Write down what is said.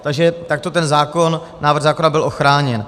Takže takto ten návrh zákona byl ochráněn.